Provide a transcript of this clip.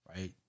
right